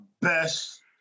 best